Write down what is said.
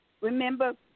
Remember